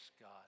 God